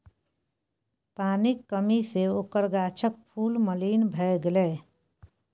पानिक कमी सँ ओकर गाछक फूल मलिन भए गेलै